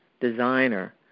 designer